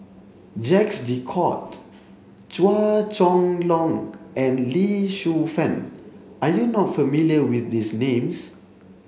Jacques De Coutre Chua Chong Long and Lee Shu Fen are you not familiar with these names